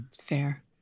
fair